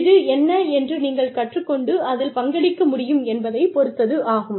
இது என்ன என்று நீங்கள் கற்றுக்கொண்டு அதில் பங்களிக்க முடியும் என்பதைப் பொறுத்தது ஆகும்